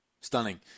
Stunning